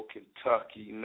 Kentucky